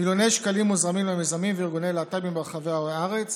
מיליוני שקלים מוזרמים למיזמים וארגוני להט"בים ברחבי הארץ.